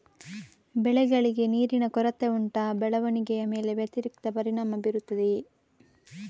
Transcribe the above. ಬೆಳೆಗಳಿಗೆ ನೀರಿನ ಕೊರತೆ ಉಂಟಾ ಬೆಳವಣಿಗೆಯ ಮೇಲೆ ವ್ಯತಿರಿಕ್ತ ಪರಿಣಾಮಬೀರುತ್ತದೆಯೇ?